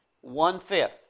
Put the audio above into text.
one-fifth